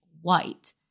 white –